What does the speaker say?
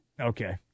Okay